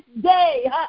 day